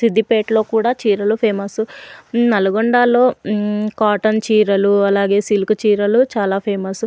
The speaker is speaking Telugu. సిద్దిపేట్లో కూడా చీరలు ఫేమస్ నల్గొండలో కాటన్ చీరలు అలాగే సిల్క్ చీరలు చాలా ఫేమస్